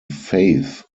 faith